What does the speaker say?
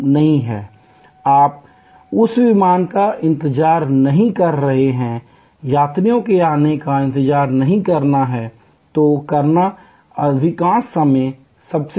आप उस विमान का इंतजार नहीं कर रहे हैं यात्रियों के आने का इंतजार नहीं करना है जो करना अधिकांश समय सबसे महंगा है